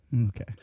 Okay